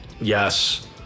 Yes